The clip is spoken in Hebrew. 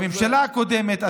בממשלה הקודמת,